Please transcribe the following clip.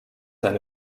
eine